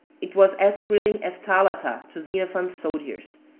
it was as thrilling as thalatta to xenophon's soldiers.